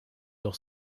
doch